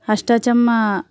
అష్టాచమ్మా